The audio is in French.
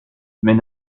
mais